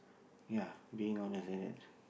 ya being honest right